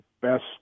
best